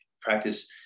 practice